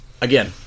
Again